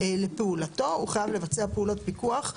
לפעולתו והוא חייב לבצע פעולות פיקוח.